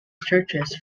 churches